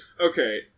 Okay